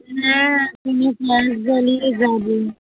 হ্যাঁ কোনও বাস ধরেই যাবো